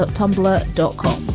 ah tumblr dot com